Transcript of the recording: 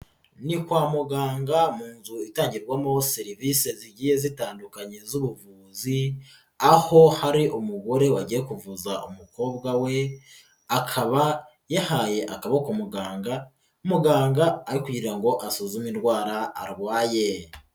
Ni kwa muganga mu nzu itangirwamo serivisi zigiye zitandukanye z'ubuvuzi, aho hari umugore wagiye kuvuza umukobwa we akaba yahaye akaboko muganga, muganga ari kugira ngo asuzume indwara arwaye.